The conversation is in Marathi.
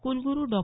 कुलगुरू डॉ